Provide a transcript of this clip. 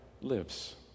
lives